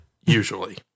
usually